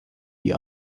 die